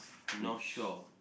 not sure